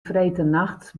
freedtenachts